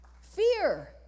fear